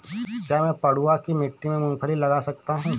क्या मैं पडुआ की मिट्टी में मूँगफली लगा सकता हूँ?